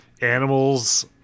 animals